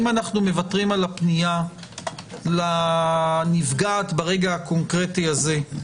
אם אנו מוותרים על הפנייה לנפגעת ברגע הקונקרטי הזה,